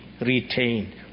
retained